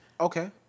Okay